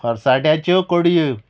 मसाल्याच्यो कोडयो